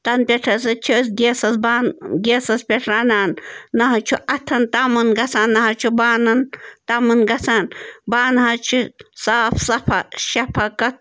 تَنہٕ پٮ۪ٹھ ہسا چھِ أسۍ گیسَس بانہٕ گیسَس پٮ۪ٹھ رَنان نَہ حظ چھُ اَتھَن تَمُن گژھان نَہ حظ چھِ بانَن تَمُن گژھان بانہٕ حظ چھِ صاف صفا شفقت